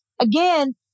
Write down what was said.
again